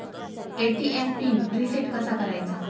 ATM pin reset कसा करायचा?